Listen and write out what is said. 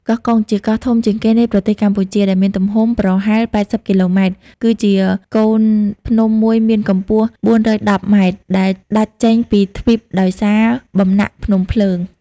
កោះកុង ជាកោះធំជាងគេនៃប្រទេសកម្ពុជា ដែលមានទំហំប្រហែល ៨០ គីឡូម៉ែត្រ គឺជាកូនភ្នំមួយមានកំពស់ ៤១០ ម៉ែត្រ ដែលដាច់ចេញពីទ្វីបដោយសារ បំណាក់ភ្នំភ្លើង ។